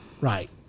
right